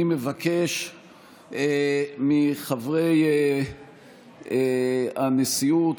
אני מבקש מחברי הנשיאות,